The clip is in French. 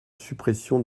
suppression